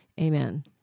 amen